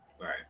Right